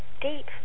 deep